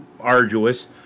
arduous